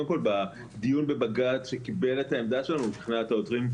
בדיון בג"ץ קיבל את העמדה שלנו - מבחינת העותרים,